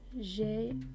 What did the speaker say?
J'ai